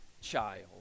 child